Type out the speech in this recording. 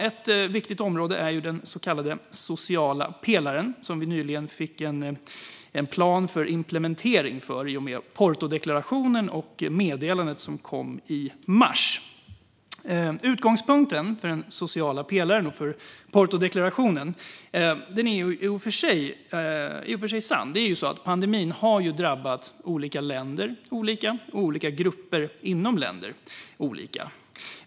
Ett viktigt område är den så kallade sociala pelaren, som vi nyligen fick en plan för implementering för i och med Portodeklarationen och det meddelande som kom i mars. Utgångspunkten för den sociala pelaren och Portodeklarationen är i och för sig sann. Pandemin har ju drabbat olika länder olika och olika grupper inom länder olika.